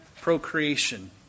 Procreation